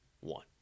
one